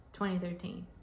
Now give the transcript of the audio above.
2013